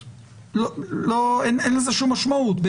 אין לזה שום משמעות,